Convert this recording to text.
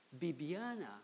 Bibiana